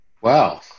Wow